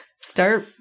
start